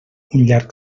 llarg